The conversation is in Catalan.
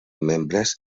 membres